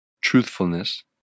truthfulness